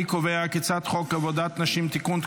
אני קובע כי הצעת חוק עבודת נשים (תיקון,